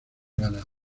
ganado